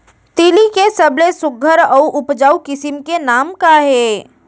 तिलि के सबले सुघ्घर अऊ उपजाऊ किसिम के नाम का हे?